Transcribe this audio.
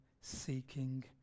seeking